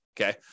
okay